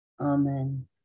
Amen